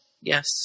Yes